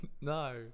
No